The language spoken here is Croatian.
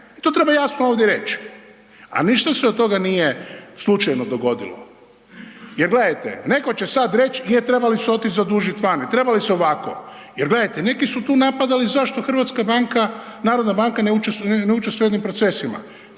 I to treba jasno ovdje reći, a ništa se od toga nije slučajno dogodilo jer gledajte, netko će sad reći, je trebali su otići zadužiti van i treba li se ovako. Jer, gledajte, neki su tu napadali zašto HNB ne učestvuje u .../Govornik